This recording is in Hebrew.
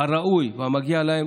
הראוי והמגיע להם,